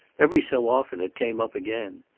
every so often it came up again.